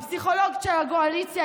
הפסיכולוג של הגועליציה,